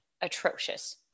atrocious